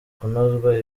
kunozwa